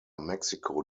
mexico